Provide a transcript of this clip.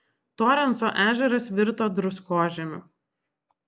torenso ežeras virto druskožemiu